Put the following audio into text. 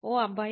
ఓ అబ్బాయి